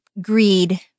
greed